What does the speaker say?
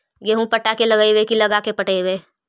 गेहूं पटा के लगइबै की लगा के पटइबै?